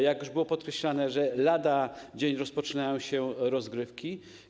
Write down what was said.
Jak już było powiedziane, lada dzień rozpoczynają się rozgrywki.